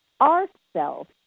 ourself